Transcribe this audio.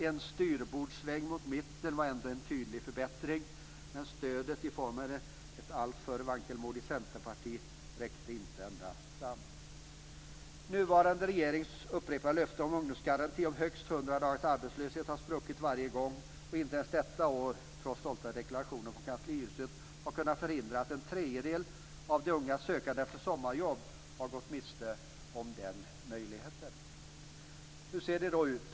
En styrbordssväng mot mitten var ändå en tydlig förbättring, men stödet i form av ett alltför vankelmodigt centerparti "räckte inte ända fram". Nuvarande regerings upprepade löfte om ungdomsgaranti om högst 100 dagars arbetslöshet har spruckit varje gång, och inte ens detta år har stolta deklarationer från kanslihuset kunnat förhindra att en tredjedel av de unga som har sökt sommarjobb har gått miste om den möjligheten. Hur ser det då ut?